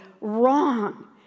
wrong